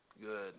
good